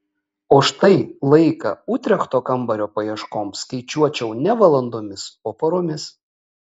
o štai laiką utrechto kambario paieškoms skaičiuočiau ne valandomis o paromis